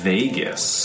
Vegas